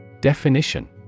Definition